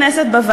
הכנסת, שהיא